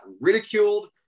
ridiculed